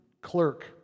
clerk